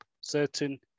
certain